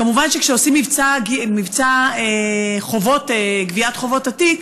כמובן שכשעושים מבצע גביית חובות עתיק,